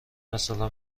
مثلا